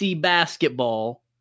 basketball